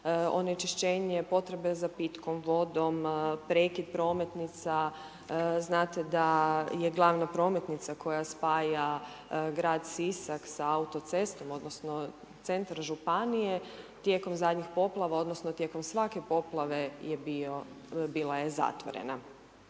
onečišćenje potrebe za pitkom vodom, prekid prometnica, znate da je glavna prometnica koja spaja grad Sisak sa autocestom odnosno centar županije tijekom zadnjih poplava odnosno tijekom svake poplave je bio, bila je zatvorena.